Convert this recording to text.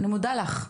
אני מודה לך.